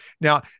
Now